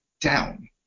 down